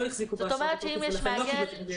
החזיקו אשרה בתוקף ולכן לא קיבלו את המענק.